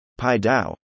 PiDAO